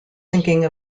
thinking